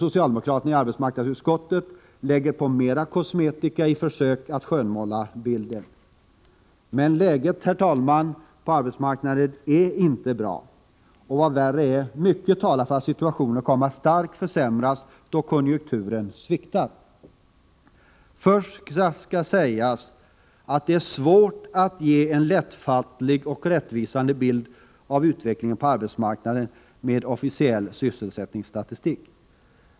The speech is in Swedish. Socialdemokraterna i arbetsmarknadsutskottet lägger på mer kosmetika i försök att skönmåla. Men läget på arbetsmarknaden är inte bra. Och vad värre är: Mycket talar för att situationen kommer att starkt försämras då konjunkturen sviktar. Först skall sägas att det är svårt att ge en lättfattlig och rättvisande beskrivning av utvecklingen på arbetsmarknaden med hjälp av officiell sysselsättningsstatistik.